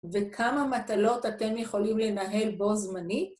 וכמה מטלות אתם יכולים לנהל בו זמנית.